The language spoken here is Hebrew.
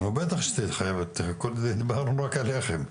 נו, בטח שתהיה חייב להתייחס, דיברנו רק עליכם.